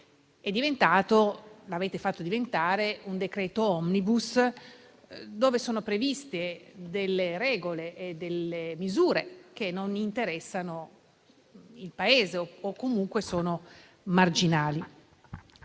l'avete fatto diventare un decreto *omnibus* dove sono previste regole e misure che non interessano il Paese o che comunque sono marginali.